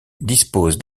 dispose